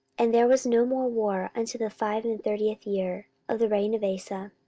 and there was no more war unto the five and thirtieth year of the reign of asa.